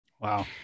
wow